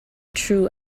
true